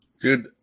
Dude